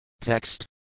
Text